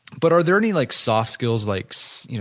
but are there any like soft skills like, so you know